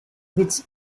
which